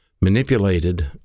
manipulated